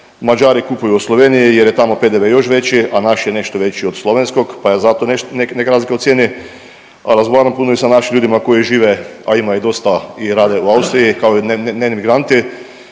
Mađari kupuju u Sloveniji jer je tamo PDV još veći, a naš je nešto veći od slovenskog, pa je zato neka razlika u cijeni, a razgovaram puno i sa našim ljudima koji žive, a ima ih dosta i rade u Austriji kao dnevni migranti